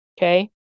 okay